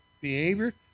behavior